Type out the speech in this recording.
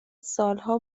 سالها